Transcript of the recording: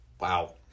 Wow